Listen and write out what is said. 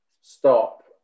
stop